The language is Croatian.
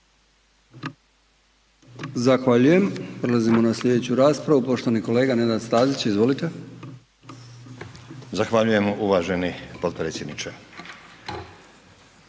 Zahvaljujem. Prelazimo na sljedeću raspravu, poštovani kolega Nenad Stazić. Izvolite. **Stazić, Nenad (SDP)** Zahvaljujem uvaženi potpredsjedniče.